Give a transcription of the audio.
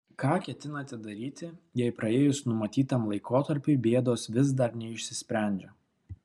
ką ketinate daryti jei praėjus numatytam laikotarpiui bėdos vis dar neišsisprendžia